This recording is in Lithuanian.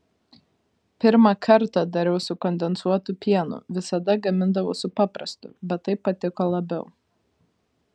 pirmą kartą dariau su kondensuotu pienu visada gamindavau su paprastu bet taip patiko labiau